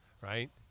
right